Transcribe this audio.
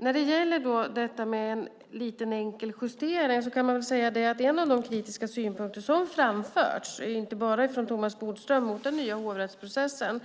När det gäller detta med en liten enkel justering kan man säga att en av de kritiska synpunkter som har framförts, inte bara från Thomas Bodström, mot den nya hovrättsprocessen